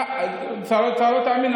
אתה לא תאמין,